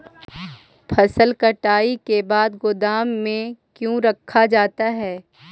फसल कटाई के बाद गोदाम में क्यों रखा जाता है?